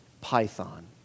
python